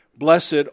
Blessed